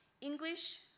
English